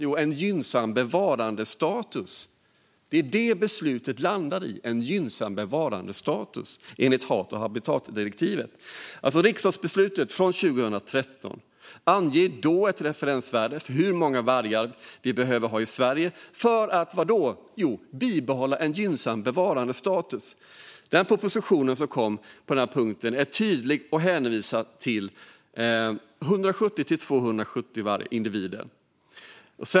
Jo, en gynnsam bevarandestatus enligt art och habitatdirektivet. Det är det som beslutet landar i. Riksdagsbeslutet från 2013 angav ett referensvärde för hur många vargar vi behöver ha i Sverige för att - vadå? Jo, bibehålla en gynnsam bevarandestatus. Propositionen som kom gör på den här punkten en tydlig hänvisning till 170-270 individer.